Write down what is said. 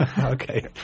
okay